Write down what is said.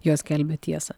jos skelbia tiesą